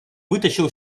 вытащил